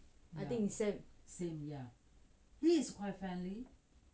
I think is sam